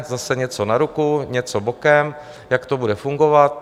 Zase něco na ruku, něco bokem, jak to bude fungovat?